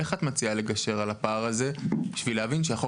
איך את מציעה לגשר על הפער הזה כדי להבין שהחוק